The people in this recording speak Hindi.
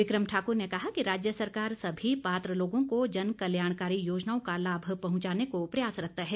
बिक्रम ठाकुर ने कहा कि राज्य सरकार सभी पात्र लोगों को जन कल्याणकारी योजनाओं का लाभ पहुंचाने को प्रयासरत्त है